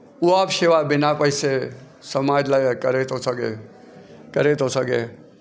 उहा बि शेवा बिना पैसे समाज लाइ करे थो सघे करे थो सघे